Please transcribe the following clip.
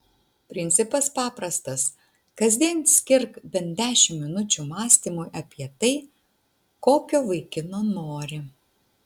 principas paprastas kasdien skirk bent dešimt minučių mąstymui apie tai kokio vaikino nori